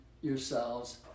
yourselves